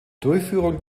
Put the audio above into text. durchführung